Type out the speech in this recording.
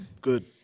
Good